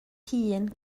hŷn